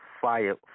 fire